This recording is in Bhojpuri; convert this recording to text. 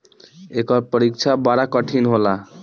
एकर परीक्षा बड़ा कठिन होला